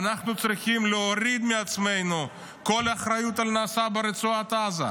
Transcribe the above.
ואנחנו צריכים להוריד מעצמנו כל אחריות על הנעשה ברצועת עזה.